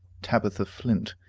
tabitha flint,